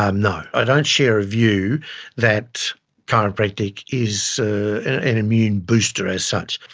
um no, i don't share a view that chiropractic is an immune booster as such.